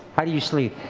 how do you sleep?